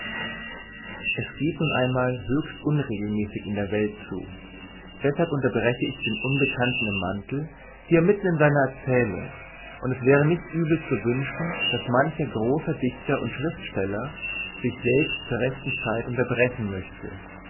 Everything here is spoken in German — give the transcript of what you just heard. es geht nun einmal höchst unregelmäßig in der welt zu deshalb unterbreche ich den unbekannten im mantel hier mitten in seiner erzählung und es wäre nicht übel zu wünschen daß mancher große dichter und schriftsteller sich selbst zur rechten zeit unterbrechen möchte